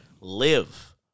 live